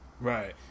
Right